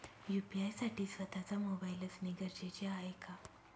UPI साठी स्वत:चा mobile असणे गरजेचे आहे का?